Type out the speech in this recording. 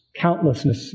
countlessness